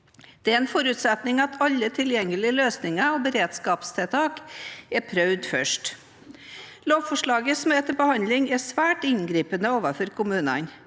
Det er en forutsetning at alle tilgjengelige løsninger og beredskapstiltak er prøvd først. Lovforslaget som er til behandling, er svært inngripende overfor kommunene.